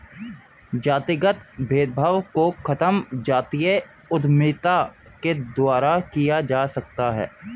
जातिगत भेदभाव को खत्म जातीय उद्यमिता के द्वारा किया जा सकता है